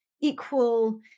equal